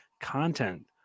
content